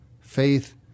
faith